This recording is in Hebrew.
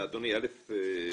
אדוני, א,